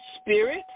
spirit